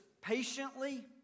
patiently